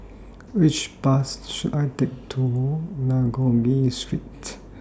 Which Bus should I Take to nagogue Street